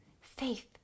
Faith